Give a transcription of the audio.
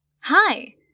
Hi